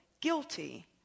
guilty